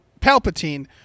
Palpatine